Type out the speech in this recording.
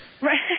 Right